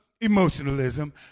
emotionalism